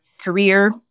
career